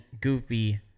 goofy